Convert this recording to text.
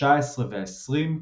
ה-19 וה-20,